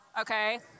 Okay